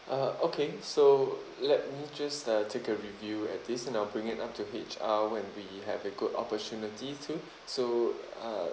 ah okay so let me just uh take a review at this and I'll bring it up to H_R when we have a good opportunity to so uh